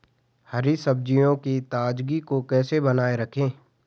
हरी सब्जियों की ताजगी को कैसे बनाये रखें?